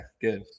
good